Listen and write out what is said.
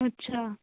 ਅੱਛਾ